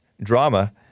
drama